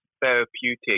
therapeutic